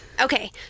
Okay